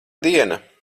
diena